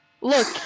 Look